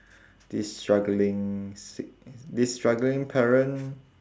this struggling sick this struggling parent